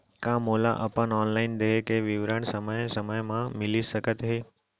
का मोला अपन ऑनलाइन देय के विवरण समय समय म मिलिस सकत हे?